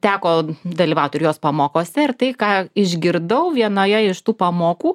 teko dalyvaut ir jos pamokose ir tai ką išgirdau vienoje iš tų pamokų